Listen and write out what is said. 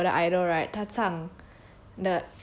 我不是讲了我的 idol right 他唱